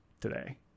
today